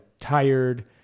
tired